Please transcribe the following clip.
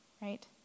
right